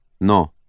No